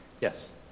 Yes